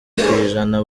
kwijana